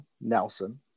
Nelson